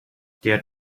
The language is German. der